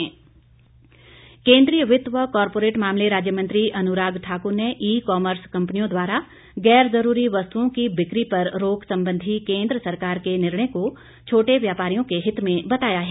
अनुराग ठाकुर केंद्रीय वित्त व कारपोरेट मामले राज्य मंत्री अनुराग ठाक्र ने ई कमर्स कंपनियों द्वारा गैर जरूरी वस्तुओं की बिक्री पर रोक संबंधी केंद्र सरकार के निर्णय को छोटे व्यापारियों के हित में बताया है